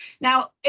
Now